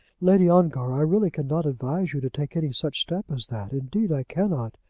lady ongar, i really cannot advise you to take any such step as that. indeed, i cannot.